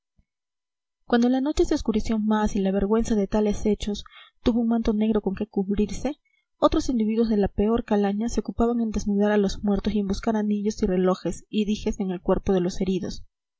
cuando la noche se oscureció más y la vergüenza de tales hechos tuvo un manto negro con que cubrirse otros individuos de la peor calaña se ocupaban en desnudar a los muertos y en buscar anillos y relojes y dijes en el cuerpo de los heridos